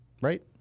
Right